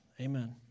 Amen